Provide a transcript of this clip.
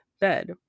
bed